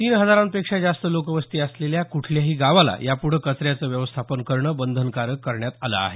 तीन हजारपेक्षा जास्त लोकवस्ती असलेल्या कुठल्याही गावाला यापुढे कचऱ्याचं व्यवस्थापन करणं बंधनकारक करण्यात आलं आहे